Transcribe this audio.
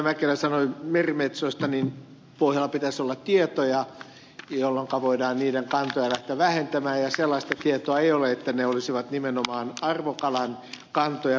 mäkelä sanoi merimetsoista pitäisi olla tietoja jolloinka voidaan niiden kantoja lähteä vähentämään ja sellaista tietoa ei ole että ne olisivat nimenomaan arvokalan kantoja vähentämässä